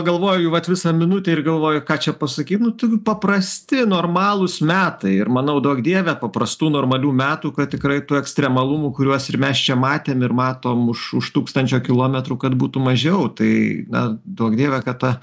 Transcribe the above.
galvoju vat visą minutę ir galvoju ką čia pasakyt nu ten paprasti normalūs metai ir manau duok dieve paprastų normalių metų kad tikrai tų ekstremalumų kuriuos ir mes čia matėm ir matom už už tūkstančio kilometrų kad būtų mažiau tai na duok dieve kad ta